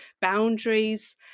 boundaries